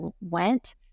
went